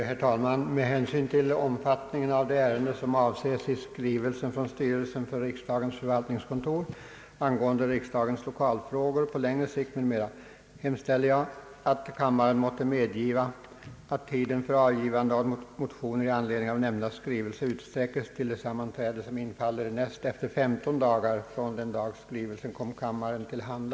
Herr talman! Med hänsyn till omfattningen av det ärende, som avses i skrivelse från styrelsen för riksdagens förvaltningskontor, angående riksdagens lokalfrågor på längre sikt m.m., hemställer jag, att kammaren måtte medgiva, att tiden för avgivande av motioner i anledning av nämnda skrivelse utsträckes till det sammanträde,